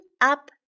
up